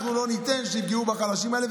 אנחנו לא ניתן שיפגעו בחלשים האלה,